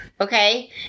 Okay